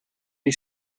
les